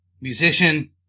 musician